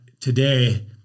today